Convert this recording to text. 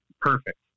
perfect